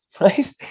right